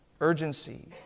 urgency